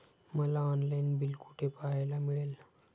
मला online bill कुठे पाहायला मिळेल?